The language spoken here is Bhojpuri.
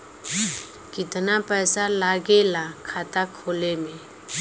कितना पैसा लागेला खाता खोले में?